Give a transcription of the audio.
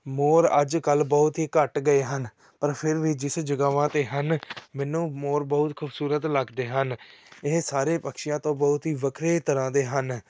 ਮੋਰ ਅੱਜ ਕੱਲ੍ਹ ਬਹੁਤ ਹੀ ਘੱਟ ਗਏ ਹਨ ਪਰ ਫਿਰ ਵੀ ਜਿਸ ਜਗ੍ਹਾਵਾਂ 'ਤੇ ਹਨ ਮੈਨੂੰ ਮੋਰ ਬਹੁਤ ਖੂਬਸੂਰਤ ਲੱਗਦੇ ਹਨ ਇਹ ਸਾਰੇ ਪਕਛੀਆਂ ਤੋਂ ਬਹੁਤ ਹੀ ਵੱਖਰੇ ਤਰ੍ਹਾਂ ਦੇ ਹਨ